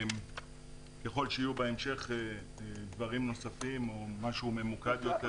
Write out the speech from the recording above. ככל שיהיו בהמשך דברים נוספים או משהו ממוקד יותר,